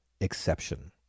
exception